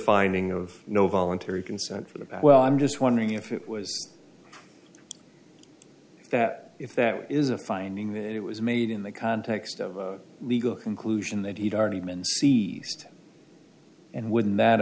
finding of no voluntary consent for the bat well i'm just wondering if it was that if there is a finding that it was made in the context of a legal conclusion that he'd already been seized and wouldn't that